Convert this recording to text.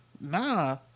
Nah